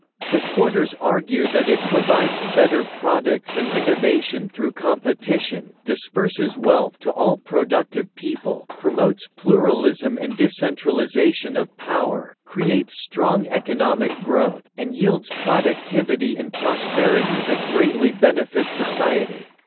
supporters argue that it provides better products and innovation through competition, disperses wealth to all productive people, promotes pluralism and decentralization of power, creates strong economic growth, and yields productivity and prosperity that greatly benefit society.